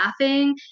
laughing